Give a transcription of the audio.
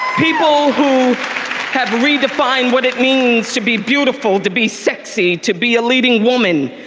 people who have redefined what it means to be beautiful, to be sexy, to be a leading woman,